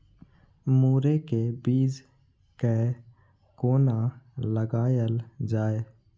मुरे के बीज कै कोना लगायल जाय?